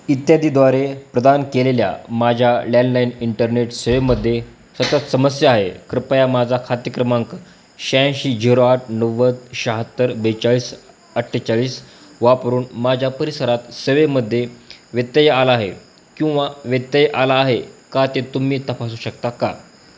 इत्यादीद्वारे प्रदान केलेल्या माझ्या लँडलाईन इंटरनेट सेवेमध्ये सतत समस्या आहे कृपया माझा खाते क्रमांक शहाऐंशी झिरो आठ नव्वद शहात्तर बेचाळीस अठ्ठेचाळीस वापरून माझ्या परिसरात सेवेमध्ये व्यत्यय आला आहे किंवा व्यत्यय आला आहे का ते तुम्ही तपासू शकता का